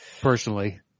personally